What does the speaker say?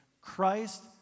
Christ